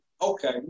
Okay